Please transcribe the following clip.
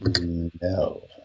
No